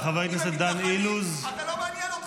אתה מגנה רצח של אנשים,